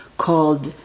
called